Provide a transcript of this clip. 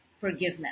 forgiveness